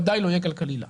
ודאי לא יהיה כלכלי לה.